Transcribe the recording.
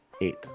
Eight